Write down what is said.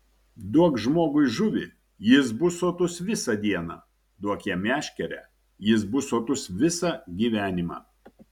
duok žmogui žuvį jis bus sotus visą dieną duok jam meškerę jis bus sotus visą gyvenimą